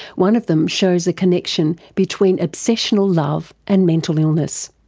one of them shows a connection between obsessional love and mental illness.